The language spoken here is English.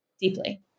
deeply